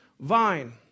vine